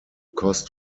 cost